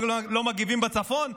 לא מגיבים בצפון,